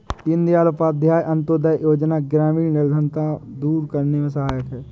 दीनदयाल उपाध्याय अंतोदय योजना ग्रामीण निर्धनता दूर करने में सहायक है